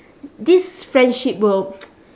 this friendship will